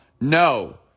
No